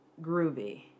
groovy